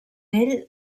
ell